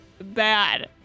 bad